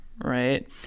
Right